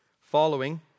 Following